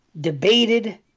debated